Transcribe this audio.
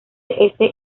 ese